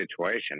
situation